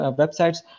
websites